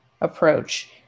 approach